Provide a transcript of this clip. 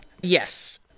Yes